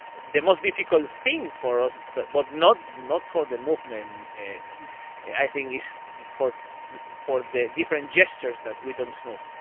the most difficult thing for us but but not not for the movement i think is for for the different gestures that we don't know.